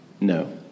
No